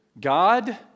God